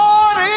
Lord